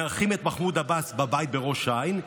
מארחים את מחמוד עבאס בבית בראש העין,